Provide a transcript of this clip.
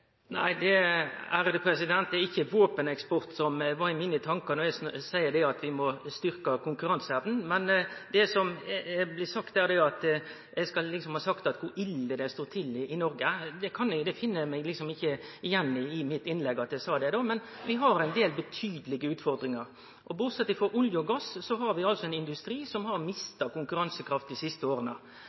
Nei, det var ikkje våpeneksport som var i tankane mine då eg sa at vi må styrkje konkurranseevna. Men det som blir sagt her, er at eg liksom skal ha sagt kor ille det står til i Noreg. Det finn eg ikkje igjen i innlegget mitt, men vi har ein del betydelege utfordringar. Bortsett frå olje og gass har vi ein industri som har mista konkurransekraft dei siste åra.